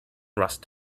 rust